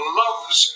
loves